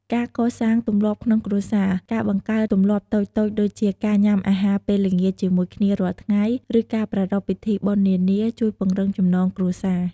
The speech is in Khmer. ការកសាងទម្លាប់ក្នុងគ្រួសារ ការបង្កើតទម្លាប់តូចៗដូចជា ការញ៉ាំអាហារពេលល្ងាចជាមួយគ្នារាល់ថ្ងៃ ឬការប្រារព្ធពិធីបុណ្យនានា ជួយពង្រឹងចំណងគ្រួសារ។